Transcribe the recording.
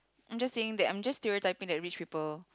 I'm just saying that I'm just stereotyping that rich people